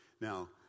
Now